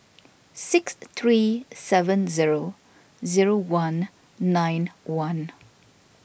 six three seven zero zero one nine one